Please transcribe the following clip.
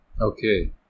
okay